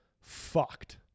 fucked